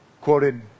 quoted